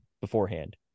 beforehand